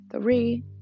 three